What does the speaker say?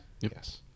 Yes